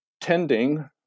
tending